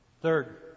Third